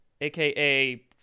aka